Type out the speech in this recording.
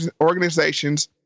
organizations